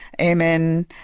Amen